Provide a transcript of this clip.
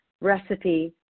Recipe